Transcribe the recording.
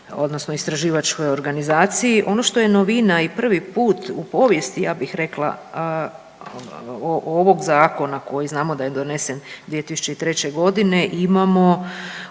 odnosno istraživačkoj organizaciji. Ono što je novina i prvi put u povijesti ja bih rekla ovog zakona koji znamo da je donesen 2003. g., imamo